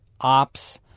ops